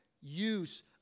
use